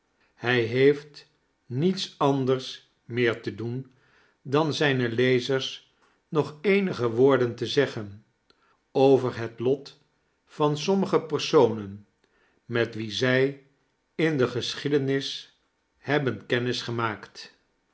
hij heeft niets anders meer te doen dan zijne lezers nog eenige woorden te zeggen over het lot van sommige personen met wie zij in de geschiedenis hebben kennis gemaakt